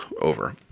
over